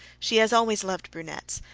she has always loved brunettes,